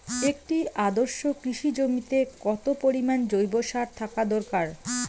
একটি আদর্শ কৃষি জমিতে কত পরিমাণ জৈব সার থাকা দরকার?